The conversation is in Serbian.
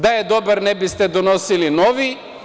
Da je dobar, ne biste donosili novi.